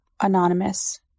Anonymous